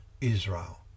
Israel